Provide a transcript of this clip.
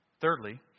Thirdly